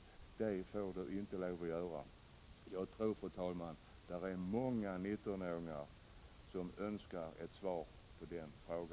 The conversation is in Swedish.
Jag tror, fru talman, att många 19-åringar önskar ett svar på denna fråga.